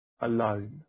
alone